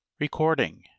Recording